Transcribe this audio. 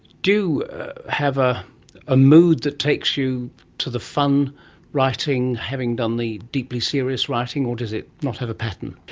do you have ah a mood that takes you to the fun writing, having done the deeply serious writing, or does it not have a pattern?